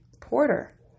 Porter